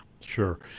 Sure